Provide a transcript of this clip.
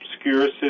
obscure